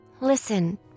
Listen